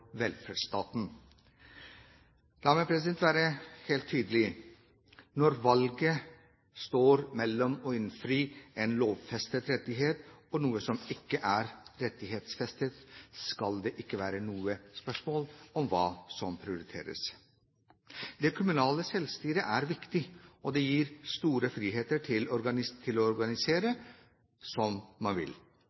velferdsstaten. La meg være helt tydelig: Når valget står mellom å innfri en lovfestet rettighet og noe som ikke er rettighetsfestet, skal det ikke være noe spørsmål om hva som prioriteres. Det kommunale selvstyret er viktig, og det gir store friheter til å organisere som man vil.